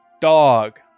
Dog